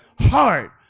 heart